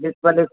display